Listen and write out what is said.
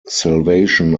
salvation